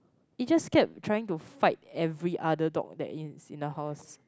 it just kept trying to fight every other dog that is in the house